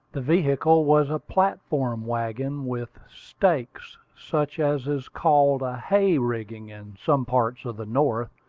the vehicle was a platform wagon, with stakes, such as is called a hay rigging in some parts of the north,